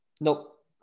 nope